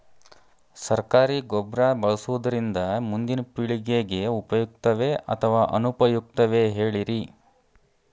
ಸರಕಾರಿ ಗೊಬ್ಬರ ಬಳಸುವುದರಿಂದ ಮುಂದಿನ ಪೇಳಿಗೆಗೆ ಉಪಯುಕ್ತವೇ ಅಥವಾ ಅನುಪಯುಕ್ತವೇ ಹೇಳಿರಿ